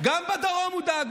גם בדרום הוא דאג.